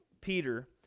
Peter